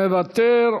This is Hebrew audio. מוותר,